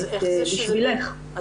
בשבילך,